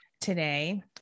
today